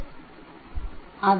ശരിയല്ലേ